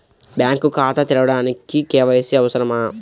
Bank ఖాతా తెరవడానికి KYC అవసరమా?